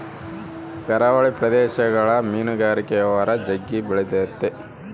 ಕರಾವಳಿ ಪ್ರದೇಶಗುಳಗ ಮೀನುಗಾರಿಕೆ ವ್ಯವಹಾರ ಜಗ್ಗಿ ಬೆಳಿತತೆ